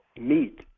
meet